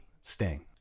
sting